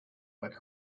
were